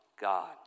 God